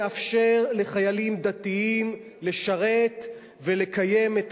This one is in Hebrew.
מאפשר לחיילים דתיים לשרת ולקיים את